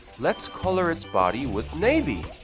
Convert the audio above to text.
let's color its body with navy!